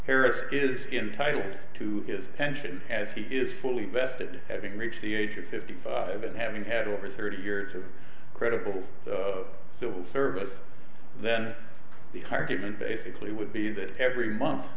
harris is entitle to his pension as he is fully vested having reached the age of fifty five and having had over thirty years of credible service then the argument basically would be that every month